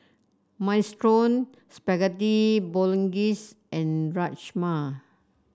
Minestrone Spaghetti Bolognese and Rajma